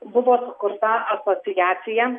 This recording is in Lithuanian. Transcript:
buvo sukurta asociacija